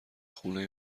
خونه